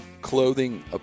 clothing